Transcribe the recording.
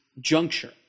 juncture